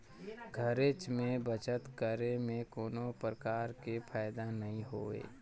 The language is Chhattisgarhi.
घरेच में बचत करे में कोनो परकार के फायदा नइ होय